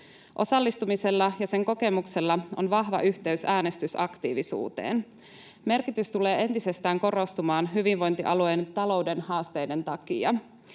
Osallistumisella ja sen kokemuksella on vahva yhteys äänestysaktiivisuuteen. Merkitys tulee entisestään korostumaan hyvinvointialueen talouden haasteiden takia.